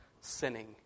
sinning